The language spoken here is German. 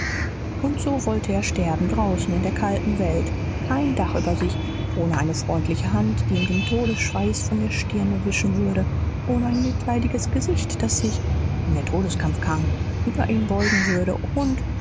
und so wollte er sterben draußen in der kalten welt kein dach über sich ohne eine freundliche hand die ihm den todesschweiß von der stirn wischen würde ohne ein mitleidiges gesicht das sich wenn der todeskampf kam über ihn beugen würde und